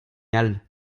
all